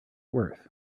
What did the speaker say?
worth